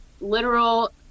literal